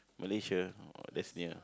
Malaysia oh that's near